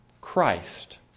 Christ